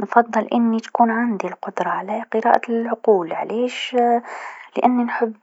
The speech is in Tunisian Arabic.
نفضل أني تكون عندي القدره على قراءة العقول علاش لأني نحب